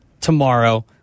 tomorrow